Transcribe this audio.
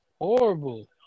Horrible